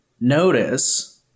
notice